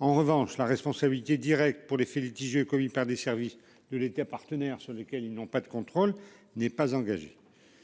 En revanche la responsabilité directe pour les faits litigieux commis par des services de l'État partenaire sur lesquels ils n'ont pas de contrôle n'est pas engagé.